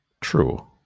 True